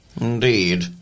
Indeed